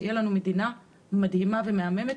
שתהיה לנו מדינה מדהימה ומהממת,